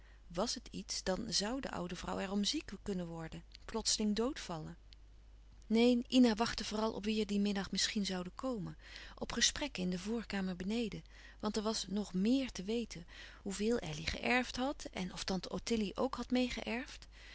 wàs het iets dan zoû de oude vrouw er om ziek kunnen worden plotseling dood vallen neen ina wachtte vooral op wie er dien middag misschien zouden komen op gesprekken in de voorkamer beneden want er was nog méer te weten hoeveel elly geërfd had en of tante ottilie ook had meêgeërfd